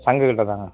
சங்குகிட்டே தாங்க